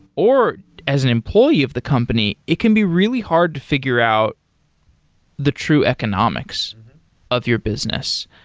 or as an employee of the company, it can be really hard to figure out the true economics of your business.